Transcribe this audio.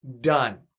Done